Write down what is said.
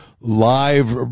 live